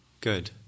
Good